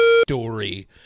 story